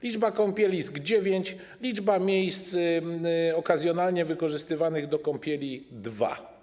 Liczba kąpielisk - dziewięć, liczba miejsc okazjonalnie wykorzystywanych do kąpieli - dwa.